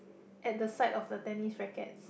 at the side of the tennis rackets